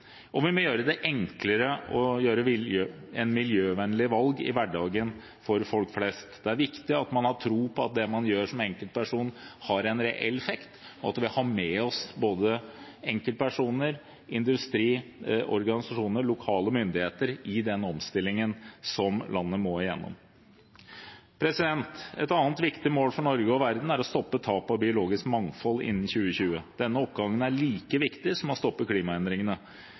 og vi må gjøre det enklere for folk flest å ta miljøvennlige valg i hverdagen. Det er viktig at man har tro på at det man gjør som enkeltperson, har en reell effekt, og at vi har med oss både enkeltpersoner, industri, organisasjoner og lokale myndigheter i den omstillingen som landet må igjennom. Et annet viktig mål for Norge og verden er å stoppe tap av biologisk mangfold innen 2020. Denne oppgaven er like viktig som å stoppe klimaendringene.